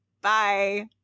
Bye